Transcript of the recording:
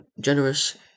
generous